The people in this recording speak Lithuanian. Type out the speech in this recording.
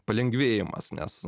palengvėjimas nes